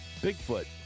Bigfoot